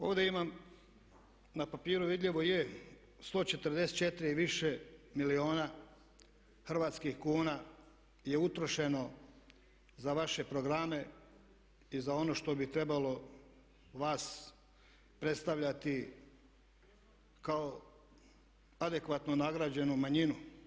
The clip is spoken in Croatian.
Ovdje imam na papiru vidljivo je 144 i više milijuna hrvatskih kuna je utrošeno za vaše programe i za ono što bi trebalo vas predstavljati kao adekvatno nagrađenu manjinu.